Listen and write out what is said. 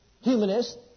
humanist